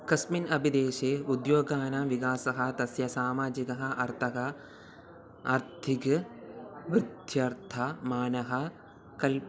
कस्मिन् अपि देशे उद्योगानां विकासः तस्य सामाजिकः अर्थः आर्थिक वृद्ध्यर्थमानः कल्प्